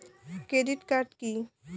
Credit card key?